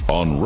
on